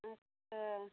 अच्छा